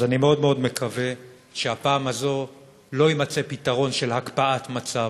אז אני מאוד מאוד מקווה שהפעם הזאת לא יימצא פתרון של הקפאת מצב,